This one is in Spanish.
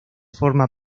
forma